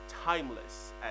timeless